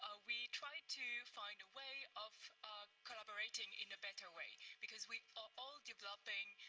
ah we tried to find a way of collaborating in a better way because we are all developing